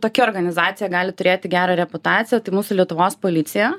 tokia organizacija gali turėti gerą reputaciją tai mūsų lietuvos policija